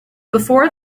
before